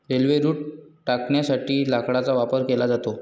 railway रुळ टाकण्यासाठी लाकडाचा वापर केला जातो